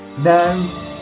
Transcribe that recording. now